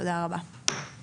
תודה רבה לכולם.